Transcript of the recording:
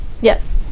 Yes